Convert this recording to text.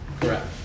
correct